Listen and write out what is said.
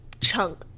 chunk